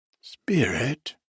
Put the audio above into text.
Spirit